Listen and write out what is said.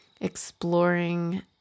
exploring